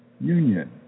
Union